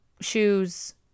shoes